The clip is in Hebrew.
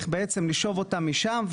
שצריך לשאוב אותם משם,